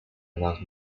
allows